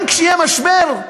גם כשיהיה משבר,